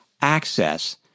access